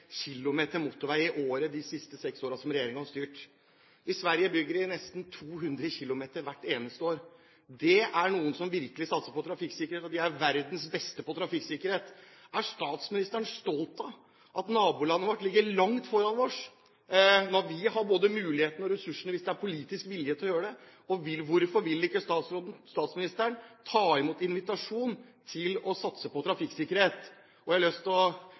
km motorvei i året de siste seks årene, som regjeringen har styrt. I Sverige bygger de nesten 200 km hvert eneste år. Det er noen som virkelig satser på trafikksikkerhet. De er verdens beste på trafikksikkerhet. Er statsministeren stolt av at nabolandet vårt ligger langt foran oss når vi har både mulighetene og ressursene, hvis det er politisk vilje til å gjøre det? Og hvorfor vil ikke statsministeren ta imot invitasjonen til å satse på trafikksikkerhet? Jeg har lyst til på slutten å